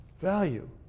value